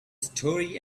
story